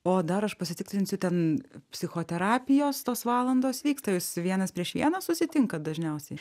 o dar aš pasitikslinsiu ten psichoterapijos tos valandos vyksta jūs vienas prieš vieną susitinkat dažniausiai